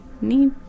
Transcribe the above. need